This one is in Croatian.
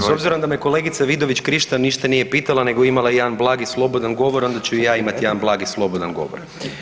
S obzirom da me kolegica Vidović Krišto ništa nije pitala nego je imala jedan blagi slobodan govor, onda ću i ja imati jedan blagi slobodan govor.